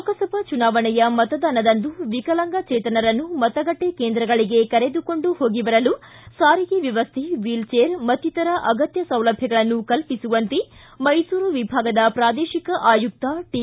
ಲೋಕಸಭಾ ಚುನಾವಣೆಯ ಮತದಾನದಂದು ವಿಕಲಾಂಗಚೇತನರನ್ನು ಮತಗಟ್ಟೆ ಕೇಂದ್ರಗಳಿಗೆ ಕರೆದುಕೊಂಡು ಹೋಗಿ ಬರಲು ಸಾರಿಗೆ ವ್ಯವಸ್ಥೆ ವೀಲ್ಚೇರ್ ಮತ್ತಿತರ ಅಗತ್ಯ ಸೌಲಭ್ಧಗಳನ್ನು ಕಲ್ಪಿಸುವಂತೆ ಮೈಸೂರು ವಿಭಾಗದ ಪ್ರಾದೇಶಿಕ ಆಯುಕ್ತ ಟಿ